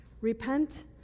Repent